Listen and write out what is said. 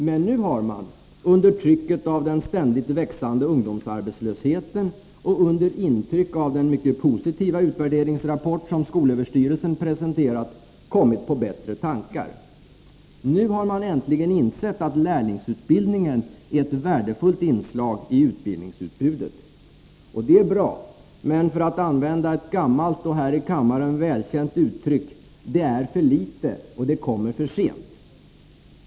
Men nu har man, under trycket av den ständigt växande ungdomsarbets lösheten och under intryck av den mycket positiva utvärderingsrapport som skolöverstyrelsen presenterat, kommit på bättre tankar. Nu har man äntligen insett att lärlingsutbildningen är ett värdefullt inslag i utbildningsutbudet. Och det är bra, men för att använda ett gammalt och här i kammaren välkänt uttryck: ”Det är för lite och det kommer för sent”.